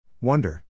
Wonder